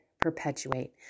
perpetuate